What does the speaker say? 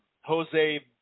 Jose